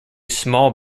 small